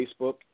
Facebook